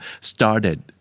started